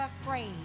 afraid